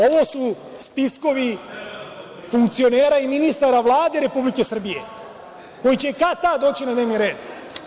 Ovo su spiskovi funkcionera i ministara Vlade Republike Srbije, koji će kad tad doći na dnevni red.